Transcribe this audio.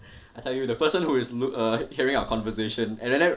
I tell you the person who is look err hearing our conversation and then